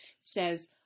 says